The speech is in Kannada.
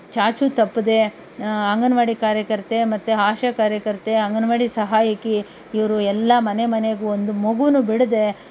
ಚಾಚು ತಪ್ಪದೇ ಅಂಗನವಾಡಿ ಕಾರ್ಯಕರ್ತೆ ಮತ್ತೆ ಆಶಾ ಕಾರ್ಯಕರ್ತೆ ಅಂಗನವಾಡಿ ಸಹಾಯಕಿ ಇವರು ಎಲ್ಲ ಮನೆ ಮನೆಗೂ ಒಂದು ಮಗೂನೂ ಬಿಡದೇ